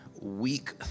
week